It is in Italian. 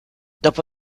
dopo